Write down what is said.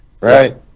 right